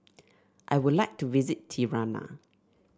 I would like to visit Tirana